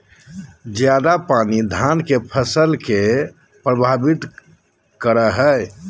ज्यादा पानी धान के फसल के परभावित करो है?